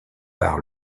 par